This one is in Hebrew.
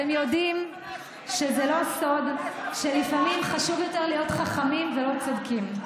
אתם יודעים שזה לא סוד שלפעמים חשוב יותר להיות חכמים ולא צודקים.